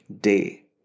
day